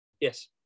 Yes